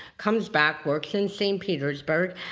comes back, works in st. petersburg,